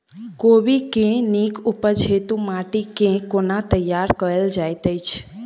कोबी केँ नीक उपज हेतु माटि केँ कोना तैयार कएल जाइत अछि?